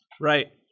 Right